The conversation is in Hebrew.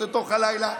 לתוך הלילה.